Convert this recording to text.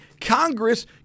Congress